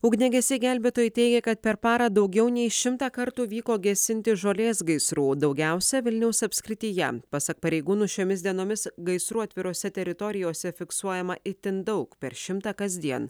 ugniagesiai gelbėtojai teigia kad per parą daugiau nei šimtą kartų vyko gesinti žolės gaisrų daugiausia vilniaus apskrityje pasak pareigūnų šiomis dienomis gaisrų atvirose teritorijose fiksuojama itin daug per šimtą kasdien